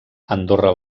andorra